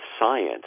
science